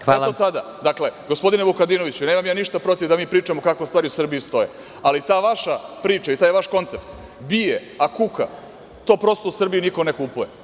Kako tada, dakle? (Predsedavajući: Hvala.) Gospodine Vukadinoviću, nemam ja ništa protiv da mi pričamo kako stvari u Srbiji stoje, ali ta vaša priča i taj vaš koncept – bije, a kuka, to prosto u Srbiji niko ne kupuje.